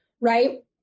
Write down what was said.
right